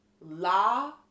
la